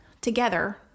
together